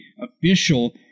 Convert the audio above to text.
official